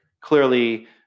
clearly